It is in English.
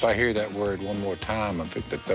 i hear that word one more time, i'm